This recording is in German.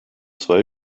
zwei